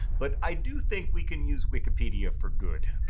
but i do think we can use wikipedia for good.